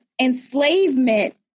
enslavement